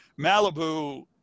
Malibu